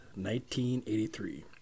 1983